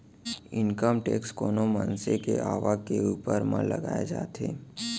income tax कोनो मनसे के आवक के ऊपर म लगाए जाथे